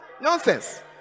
nonsense